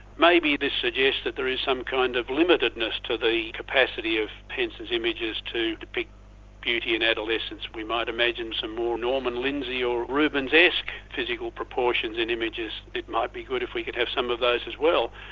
maybe this suggested that there is some kind of limitedness to the capacity of henson's images to depict beauty in adolescence. we might imagine some more norman lindsay or rubenesque physical proportions and images. it might be good if we could have some of those as well.